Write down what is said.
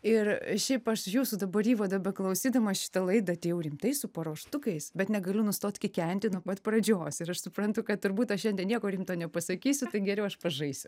ir šiaip aš jūsų dabar įvade beklausydama šitą laidą atėjau rimtai su paruoštukais bet negaliu nustot kikenti nuo pat pradžios ir aš suprantu kad turbūt aš šiandien nieko rimto nepasakysiu tai geriau aš pažaisiu